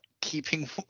keeping